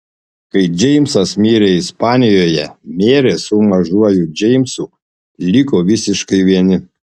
kai džeimsas mirė ispanijoje merė su mažuoju džeimsu liko visiškai vieni